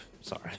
sorry